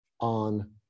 on